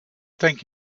thank